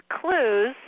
clues